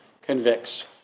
convicts